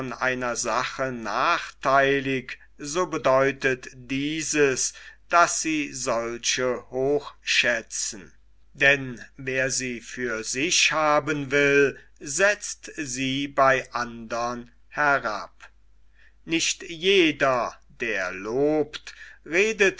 einer sache nachtheilig so bedeutet dieses daß sie solche hochschätzen denn wer sie für sich haben will setzt sie bei andern herab nicht jeder der lobt redet